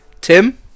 Tim